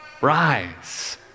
rise